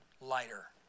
lighter